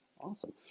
Awesome